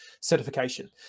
certification